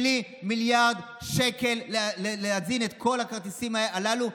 בלי מיליארד שקל להזין את כל הכרטיסים הללו,